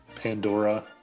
Pandora